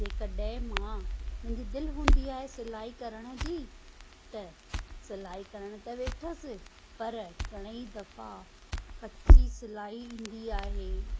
जेकॾहिं मां मुंहिंजी दिलि हूंदी आहे सिलाई करण जी त सिलाई करण त वेठसि पर घणेई दफ़ा कच्ची सिलाई ईंदी आहे